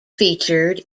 featured